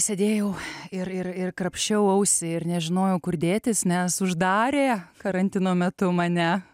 sėdėjau ir ir krapščiau ausį ir nežinojau kur dėtis nes uždarė karantino metu mane